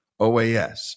OAS